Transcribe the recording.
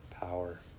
power